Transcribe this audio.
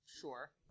Sure